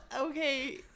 okay